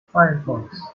firefox